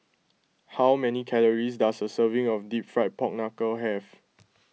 how many calories does a serving of Deep Fried Pork Knuckle have